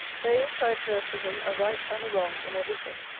there is, i observe to him, a right and a wrong in every thing,